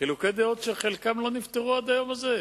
חילוקי דעות שחלקם לא נפתרו עד היום הזה.